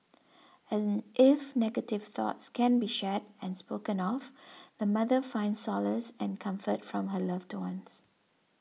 and if negative thoughts can be shared and spoken of the mother finds solace and comfort from her loved ones